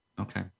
Okay